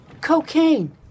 Cocaine